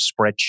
spreadsheet